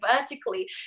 vertically